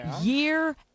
year